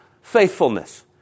faithfulness